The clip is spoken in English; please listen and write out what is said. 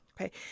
Okay